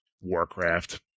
Warcraft